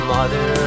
Mother